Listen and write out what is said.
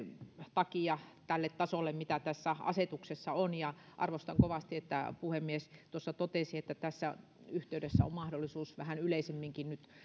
takia tälle tasolle mitä tässä asetuksessa on ja arvostan kovasti että puhemies tuossa totesi että tässä yhteydessä on mahdollisuus vähän yleisemminkin nyt